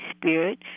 Spirit